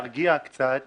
להרגיע קצת